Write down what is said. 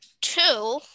Two